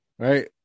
Right